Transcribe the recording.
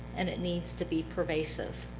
and it needs to be pervasive